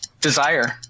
Desire